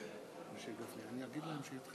בבקשה, אדוני.